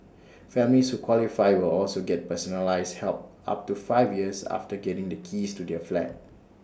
families who qualify will also get personalised help up to five years after getting the keys to their flat